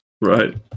right